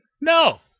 No